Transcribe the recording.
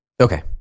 Okay